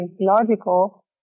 logical